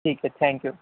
ٹھیک ہے thank you